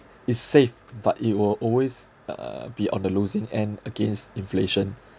it's safe but it will always uh be on the losing end against inflation